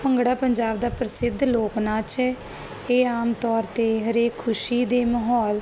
ਭੰਗੜਾ ਪੰਜਾਬ ਦਾ ਪ੍ਰਸਿੱਧ ਲੋਕ ਨਾਚ ਇਹ ਆਮ ਤੌਰ ਤੇ ਹਰੇਕ ਖੁਸ਼ੀ ਦੇ ਮਾਹੌਲ